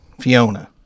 Fiona